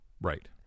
right